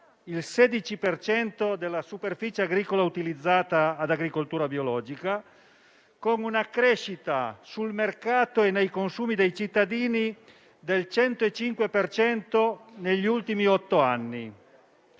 cento della superficie agricola utilizzata in Italia ad agricoltura biologica; con una crescita sul mercato e nei consumi dei cittadini del 105 per cento negli ultimi otto anni.